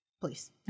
Please